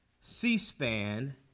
C-SPAN